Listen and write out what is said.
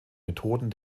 methoden